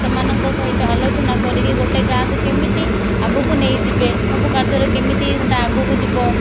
ସେମାନଙ୍କ ସହିତ ଆଲୋଚନା କରିକି ଗୋଟିଏ ଗାଁକୁ କେମିତି ଆଗକୁ ନେଇଯିବେ ସବୁ କାର୍ଯ୍ୟରେ କେମିତି ସେ'ଟା ଆଗକୁ ଯିବ